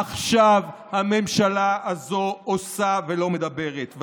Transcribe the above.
עכשיו הממשלה הזו עושה ולא מדברת.